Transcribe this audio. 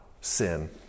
sin